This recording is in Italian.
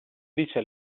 dice